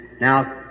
now